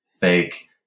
fake